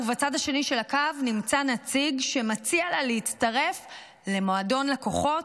ובצד השני של הקו נמצא נציג שמציע לה להצטרף למועדון לקוחות,